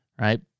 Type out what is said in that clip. Right